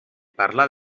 parlar